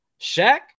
Shaq